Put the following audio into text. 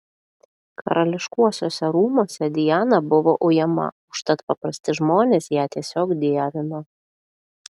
karališkuosiuose rūmuose diana buvo ujama užtat paprasti žmonės ją tiesiog dievino